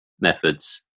methods